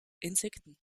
insekten